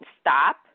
stop